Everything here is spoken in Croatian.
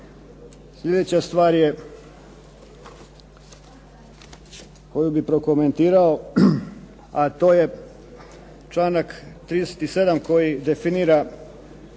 Slijedeća stvar je koju bih prokomentirao, a to je članak 37. koji definira